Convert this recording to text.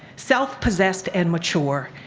self-possessed and mature,